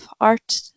art